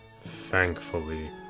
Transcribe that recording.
thankfully